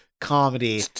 comedy